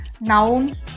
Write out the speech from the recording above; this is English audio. Noun